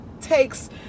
takes